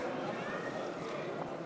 מייד בתום ספירת הקולות